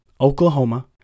Oklahoma